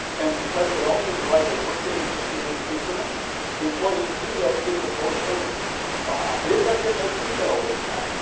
and because they also divide their workday in fifteen minute increments the employees who do that get the most overtime. they've got their most emailed list now.